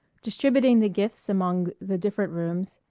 distributing the gifts among the different rooms,